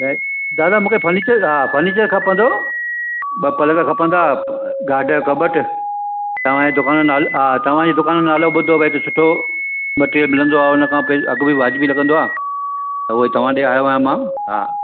दादा मूंखे फर्नीचर हा फर्नीचर खपंदो हुओ ॿ पलंग खपंदा गार्ड जो कॿटु तव्हांजी दुकान जो नालो हा तव्हांजी दुकान जो नालो ॿुधो भई त हिते सुठो मटीरिअल मिलंदो आहे हुनखां पोइ अघ बि वाजिबी लॻंदो आहे त उहो ई तव्हां ॾे आयो आहियां मां हा